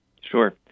Sure